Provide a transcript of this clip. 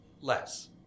less